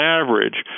average